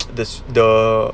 this the